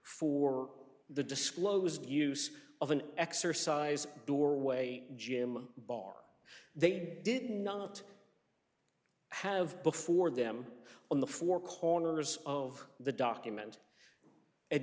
for the disclosed use of an exercise doorway jim bar they did not have before them on the four corners of the document a